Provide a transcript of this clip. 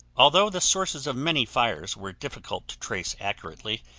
although the sources of many fires were difficult to trace accurately,